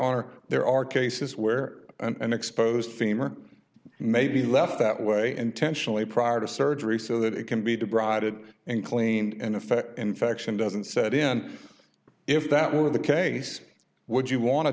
are there are cases where and exposed femur may be left that way intentionally prior to surgery so that it can be to bride it and clean in effect infection doesn't set in if that were the case would you want to